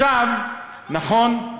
נכון,